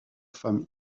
femmes